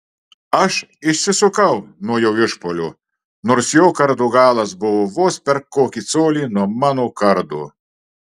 aš išsisukau nuo jo išpuolio nors jo kardo galas buvo vos per kokį colį nuo mano kardo